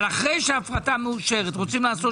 אבל אחרי שההפרטה מאושרת אם רוצים לעשות